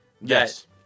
Yes